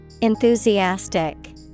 Enthusiastic